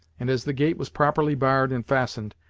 and as the gate was properly barred and fastened,